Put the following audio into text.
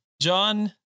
John